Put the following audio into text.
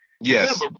Yes